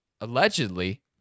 allegedly